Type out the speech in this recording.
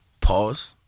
Pause